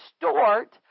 distort